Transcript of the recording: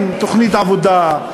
אין תוכנית עבודה,